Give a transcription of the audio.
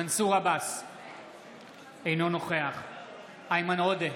אינו נוכח איימן עודה,